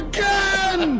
Again